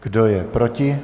Kdo je proti?